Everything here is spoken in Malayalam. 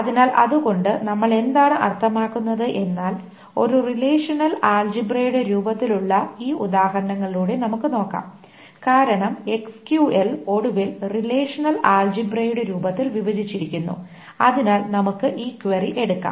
അതിനാൽ അതുകൊണ്ട് നമ്മൾ എന്താണ് അർത്ഥമാക്കുന്നത് എന്നാൽ ഒരു റിലേഷ്ണൽ ആൾജിബ്രയുടെ രൂപത്തിൽ ഉള്ള ഈ ഉദാഹരണങ്ങളിലൂടെ നമുക്ക് നോക്കാം കാരണം SQL ഒടുവിൽ റിലേഷണൽ ആൾജിബ്രയുടെ രൂപത്തിൽ വിഭജിച്ചിരിക്കുന്നു അതിനാൽ നമുക്ക് ഈ ക്വയറി എടുക്കാം